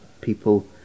people